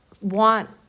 want